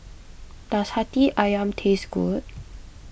does Hati Ayam taste good